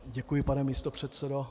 Děkuji, pane místopředsedo.